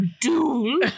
duel